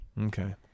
Okay